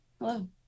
Hello